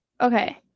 okay